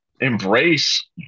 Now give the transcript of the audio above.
embrace